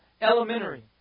elementary